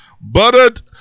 Buttered